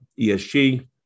ESG